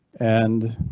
and.